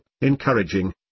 encouraging